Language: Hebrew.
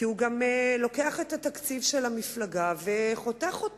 כי הוא לוקח את התקציב של המפלגה וחותך אותו